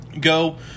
go